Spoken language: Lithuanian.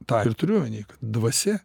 ta ir turiu omeny kad dvasia